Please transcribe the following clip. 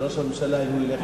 לראש הממשלה אם הוא ילך לשלום.